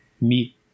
meet